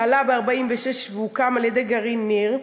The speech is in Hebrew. שעלה ב-1946 והוקם על-ידי גרעין ניר.